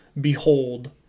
behold